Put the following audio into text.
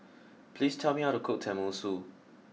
please tell me how to cook Tenmusu